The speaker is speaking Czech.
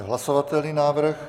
Hlasovatelný návrh.